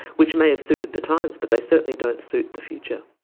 which may have suited the times but they certainly don't suit the future.